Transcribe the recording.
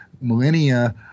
millennia